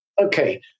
Okay